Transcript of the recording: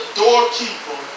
doorkeeper